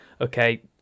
Okay